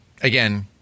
Again